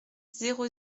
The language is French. zéro